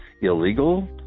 illegal